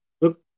Look